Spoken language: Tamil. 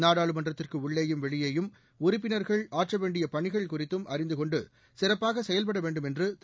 நாடாளுமன்றத்திற்கு உள்ளேயும் வெளியேயும் உறுப்பினர்கள் ஆற்ற வேண்டிய பணிகள் குறித்தும் அறிந்து கொண்டு சிறப்பாக செயல்பட வேண்டும் என்று திரு